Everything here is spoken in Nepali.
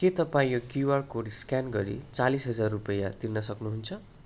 के तपाईँ यो क्युआर कोड स्क्यान गरी चालिस हजार रुपैयाँ तिर्न सक्नुहुन्छ